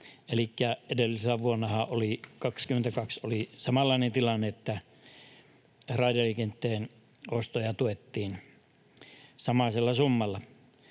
edellisenä vuonna oli samanlainen tilanne, että raideliikenteen ostoja tuettiin samaisella summalla.